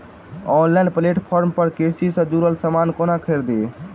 Online platform पर कृषि सँ जुड़ल समान कोना खरीदी?